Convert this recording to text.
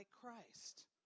Christ